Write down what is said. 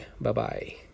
bye-bye